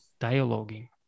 dialoguing